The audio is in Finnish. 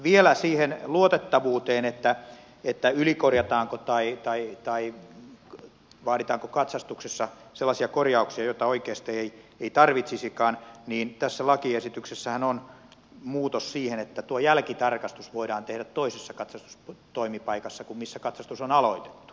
vielä siihen luotettavuuteen että ylikorjataanko tai vaaditaanko katsastuksessa sellaisia korjauksia joita oikeasti ei tarvitsisikaan niin tässä lakiesityksessähän on muutos siihen että tuo jälkitarkastus voidaan tehdä toisessa katsastustoimipaikassa kuin missä katsastus on aloitettu